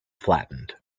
flattened